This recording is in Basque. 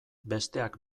besteak